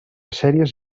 sèries